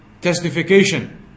testification